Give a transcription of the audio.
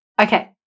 Okay